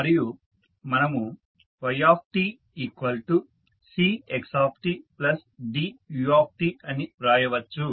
మరియు మనము yt Cxt Du అని వ్రాయవచ్చు